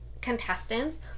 contestants